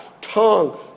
tongue